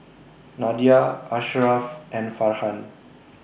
Nadia Asharaff and Farhan